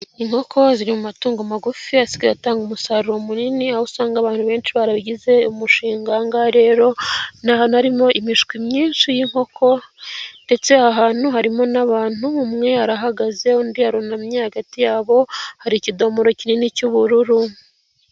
Inkoko ziri mu matungo magufi asigaye atanga umusaruro munini aho usanga abantu benshi barabigize umushinga, ahangaha rero harimo imishwi myinshi y'inkoko ndetse ahantu harimo n'abantu umwe arahagaze undi arunamye hagati yabo hari ikidomoro kinini cy'ubururu.